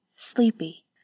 Sleepy